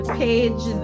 page